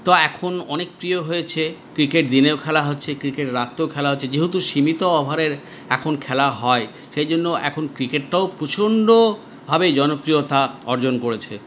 তো এখন অনেক প্রিয় হয়েছে ক্রিকেট দিনেও খেলা হচ্ছে ক্রিকেট রাতেও খেলা হচ্ছে যেহেতু সীমিত ওভারের এখন খেলা হয় সেইজন্য এখন ক্রিকেটটাও প্রচন্ডভাবে জনপ্রিয়তা অর্জন করেছে